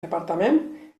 departament